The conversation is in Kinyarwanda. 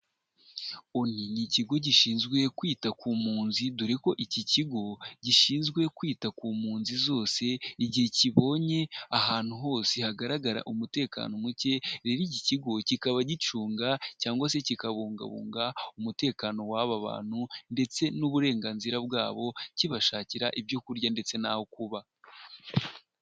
Oni ni ikigo gishinzwe kwita ku mpunzi dore ko iki kigo gishinzwe kwita ku mpunzi zose igihe kibonye ahantu hose hagaragara umutekano muke rero iki kigo kikaba gicunga cyangwa se kikabungabunga umutekano w'aba bantu ndetse n'uburenganzira bwabo kibashakira ibyo kurya ndetse n'aho kuba.